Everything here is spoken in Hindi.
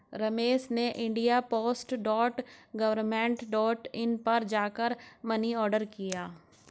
रमेश ने India post dot government dot in पर जा कर मनी ऑर्डर किया